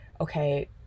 okay